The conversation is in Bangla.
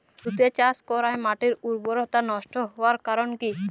তুতে চাষ করাই মাটির উর্বরতা নষ্ট হওয়ার কারণ কি?